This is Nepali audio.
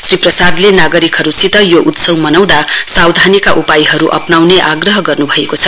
श्री प्रसादले नागरिकहरूसित यो उत्सव मनाउँदा सावधानीका उपायहरू अप्नाउने आग्रह गर्न् भएको छ